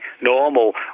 normal